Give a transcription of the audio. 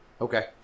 Okay